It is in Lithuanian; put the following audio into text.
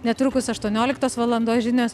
netrukus aštuonioliktos valandos žinios